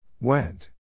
Went